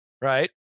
right